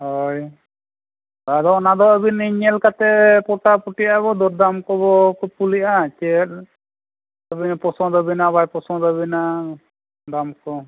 ᱦᱳᱭ ᱟᱫᱚ ᱚᱱᱟ ᱫᱚ ᱟᱹᱵᱤᱱᱤᱧ ᱧᱮᱞ ᱠᱟᱛᱮᱫ ᱯᱚᱴᱟ ᱯᱩᱴᱤᱜ ᱟᱵᱚ ᱫᱚᱨᱫᱟᱢ ᱠᱚᱵᱚᱱ ᱠᱩᱯᱩᱞᱤᱜᱼᱟ ᱪᱮᱫ ᱯᱚᱥᱚᱱᱫᱽ ᱟᱹᱵᱤᱱᱟ ᱵᱟᱭ ᱯᱚᱥᱚᱱᱫᱽ ᱟᱹᱵᱤᱱᱟ ᱫᱟᱢ ᱠᱚ